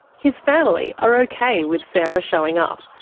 his family are okay with sara showing up,